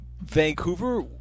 Vancouver